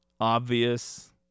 obvious